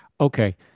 Okay